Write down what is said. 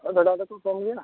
ᱦᱳᱭ ᱵᱷᱮᱰᱟ ᱫᱚᱠᱚ ᱠᱚᱢ ᱜᱮᱭᱟ